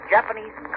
Japanese